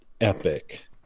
epic